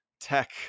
tech